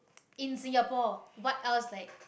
in singapore what else like